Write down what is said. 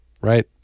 right